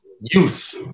youth